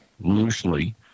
loosely